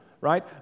right